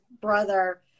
brother